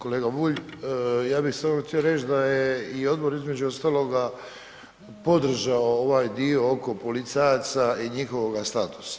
Kolega Bulj, ja bi samo htio reć da je i odbor između ostaloga podržao ovaj dio oko policajaca i njihovoga statusa.